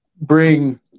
bring